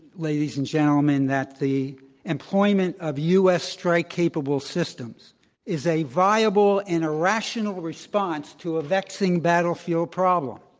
ladies and gentlemen, that the employment of u. s. strike-capable systems is a viable and a rational response to a vexing battlefield problem,